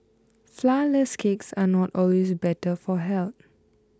Flourless Cakes are not always better for health